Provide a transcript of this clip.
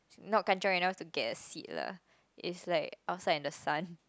not kan-chiong enough to get a seat lah it's like outside in the sun